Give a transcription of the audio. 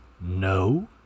No